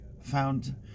found